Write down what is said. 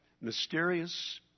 mysterious